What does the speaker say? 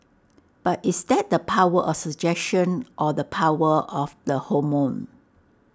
but is that the power of suggestion or the power of the hormone